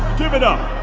give it up